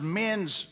men's